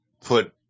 put